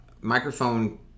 microphone